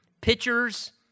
pitchers